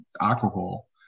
alcohol